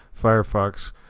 Firefox